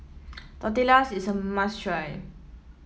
tortillas is a must try